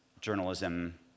journalism